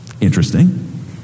interesting